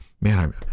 man